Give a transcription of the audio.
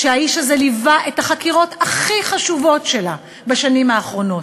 והאיש הזה ליווה את החקירות הכי חשובות שלה בשנים האחרונות.